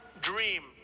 dream